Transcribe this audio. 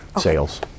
sales